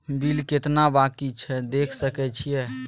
Bill केतना बाँकी छै देख सके छियै?